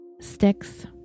Sticks